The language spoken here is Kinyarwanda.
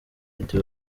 ati